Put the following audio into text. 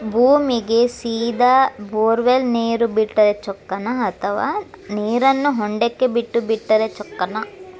ಭೂಮಿಗೆ ಸೇದಾ ಬೊರ್ವೆಲ್ ನೇರು ಬಿಟ್ಟರೆ ಚೊಕ್ಕನ ಅಥವಾ ನೇರನ್ನು ಹೊಂಡಕ್ಕೆ ಬಿಟ್ಟು ಬಿಟ್ಟರೆ ಚೊಕ್ಕನ?